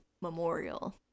memorial